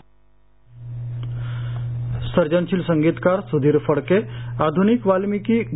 लोकराज्य सर्जनशील संगीतकार स्धीर फडके आध्निक वाल्मिकी ग